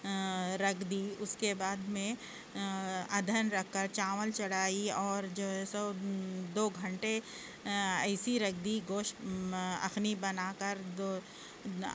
رکھ دی اس کے بعد میں ادہن رکھ کر چاول چڑھائی اور جو ہے سو دو گھنٹے ایسی رکھ دی گوشت اخنی بنا کر دو